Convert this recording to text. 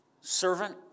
servant